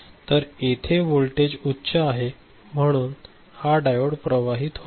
तर येथे व्होल्टेज उच्च आहे म्हणून हा डायोड प्रवाहित होईल